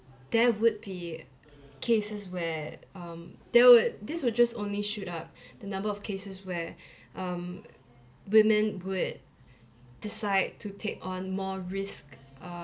there would be cases where um there would this would just only shoot up the number of cases where um women would decide to take on more risk uh